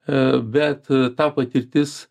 a bet ta patirtis